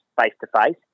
face-to-face